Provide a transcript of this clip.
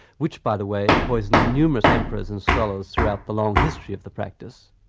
which, by the way, poisoned numerous emperors and scholars throughout the long history of the practice.